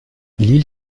l’île